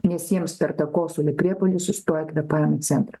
nes jiems per kosulio priepuolį sustoja kvėpavimo centras